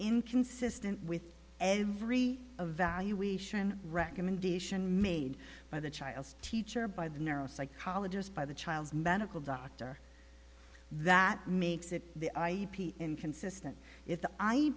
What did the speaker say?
inconsistent with every evaluation recommendation made by the child's teacher by the neuropsychologist by the child's medical doctor that makes it the i e inconsistent if